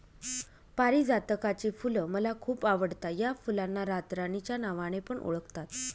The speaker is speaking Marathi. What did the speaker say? पारीजातकाची फुल मला खूप आवडता या फुलांना रातराणी च्या नावाने पण ओळखतात